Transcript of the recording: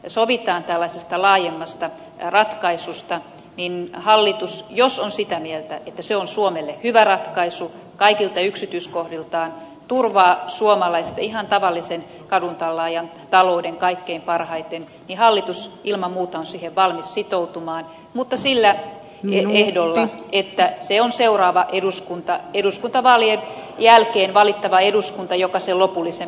päivä sovitaan tällaisesta laajemmasta ratkaisusta niin hallitus jos on sitä mieltä että se on suomelle hyvä ratkaisu kaikilta yksityiskohdiltaan turvaa suomalaisen ihan tavallisen kaduntallaajan talouden kaikkein parhaiten ilman muuta on siihen valmis sitoutumaan mutta sillä ehdolla että se on seuraava eduskuntavaalien jälkeen valittava eduskunta joka sen lopullisen päätöksen tekee